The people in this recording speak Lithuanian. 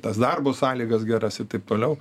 tas darbo sąlygas geras ir taip toliau